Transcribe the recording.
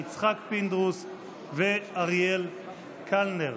יצחק פינדרוס ואריאל קלנר.